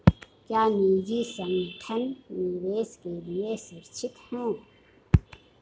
क्या निजी संगठन निवेश के लिए सुरक्षित हैं?